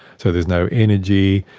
so there's no energy.